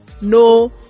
No